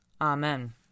Amen